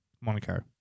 Monaco